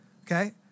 Okay